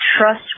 trust